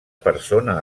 persona